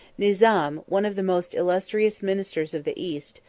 nizam, one of the most illustrious ministers of the east,